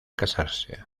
casarse